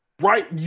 right